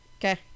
Okay